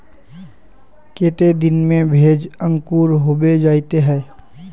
केते दिन में भेज अंकूर होबे जयते है?